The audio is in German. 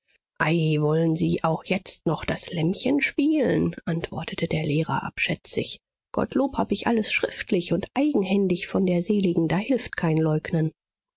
ei wollen sie auch jetzt noch das lämmchen spielen antwortete der lehrer abschätzig gottlob hab ich alles schriftlich und eigenhändig von der seligen da hilft kein leugnen